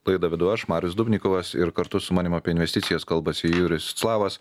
laidą vedu aš marius dubnikovas ir kartu su manim apie investicijas kalbasi jurijus slavas